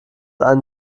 ein